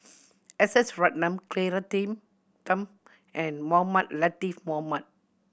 S S Ratnam Claire Tham and Mohamed Latiff Mohamed